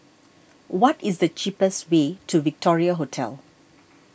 what is the cheapest way to Victoria Hotel